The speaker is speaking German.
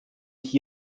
ich